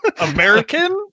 American